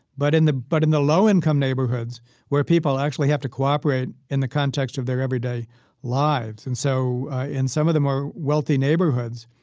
but in the but in the low-income neighborhoods where people actually have to cooperate in the context of their everyday lives. and so ah in some of the more wealthy neighborhoods,